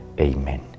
Amen